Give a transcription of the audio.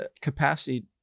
capacity